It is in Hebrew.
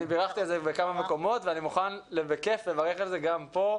אני בירכתי על זה בכמה מקומות ובכיף אני מוכן לברך גם כאן.